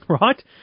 Right